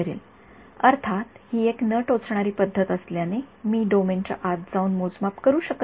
domain बाहेरील अर्थात ही एक न टोचणारी पद्धत असल्याने मी डोमेन च्या आत जाऊन मोजमाप करू शकत नाही